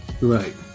Right